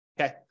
okay